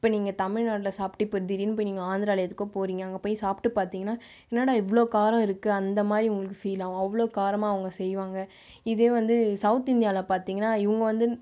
இப்போ நீங்கள் தமிழ்நாட்டில் சாப்பிட்டு இப்போ திடீர்ன்னு போய் நீங்கள் ஆந்திராவில் எதுக்கோ போகறீங்க அங்கே போய் சாப்பிட்டு பார்த்தீங்கன்னா என்னடா இவ்வளோ காரம் இருக்குது அந்த மாதிரி உங்களுக்கு ஃபீல் ஆகும் அவ்வளோ காரமாக அவங்க செய்வாங்க இதுவே வந்து சவுத் இந்தியாவில் பார்த்தீங்கன்னா இவங்க வந்து